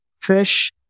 fish